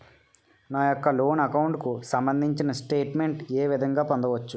నా యెక్క loan account కు సంబందించిన స్టేట్ మెంట్ ఏ విధంగా పొందవచ్చు?